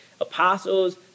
Apostles